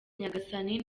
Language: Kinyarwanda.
nyagasani